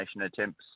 attempts